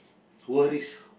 worries